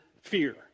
fear